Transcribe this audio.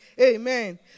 Amen